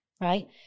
Right